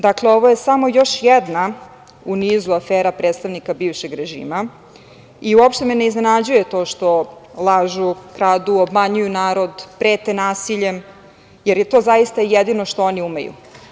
Dakle, ovo je samo još jedna u nizu afera predstavnika bivšeg režima i uopšte me ne iznenađuje to što lažu, kradu, obmanjuju narod, prete nasiljem jer je to zaista jedino što oni umeju.